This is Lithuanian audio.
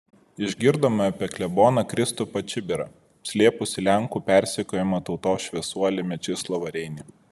išgirdome apie kleboną kristupą čibirą slėpusį lenkų persekiojamą tautos šviesuolį mečislovą reinį